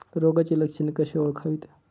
रोगाची लक्षणे कशी ओळखावीत?